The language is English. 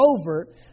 over